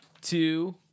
Two